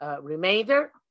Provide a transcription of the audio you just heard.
remainder